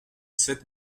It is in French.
sept